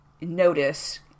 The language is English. notice